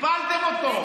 הפלתם אותו.